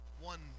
one